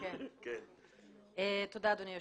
אדוני היושב-ראש.